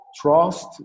trust